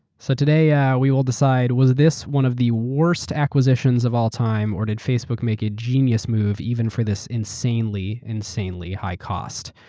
so today, yeah we will decide, was this one of the worst acquisitions of all time or did facebook make a genius move even for this insanely, insanely high cost?